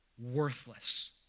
worthless